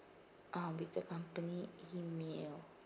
ah with the company email